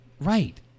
Right